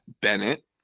Bennett